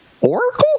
Oracle